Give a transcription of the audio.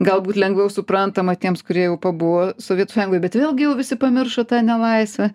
galbūt lengviau suprantama tiems kurie jau pabuvo sovietų sąjungoj bet vėlgi jau visi pamiršo tą nelaisvę